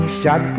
shot